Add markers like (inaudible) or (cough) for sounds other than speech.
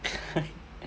(laughs)